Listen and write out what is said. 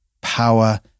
power